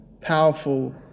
powerful